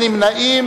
מי בעד?